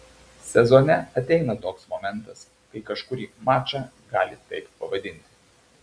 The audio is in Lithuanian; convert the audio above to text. sezone ateina toks momentas kai kažkurį mačą gali taip pavadinti